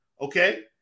okay